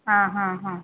ആ ഹ ഹ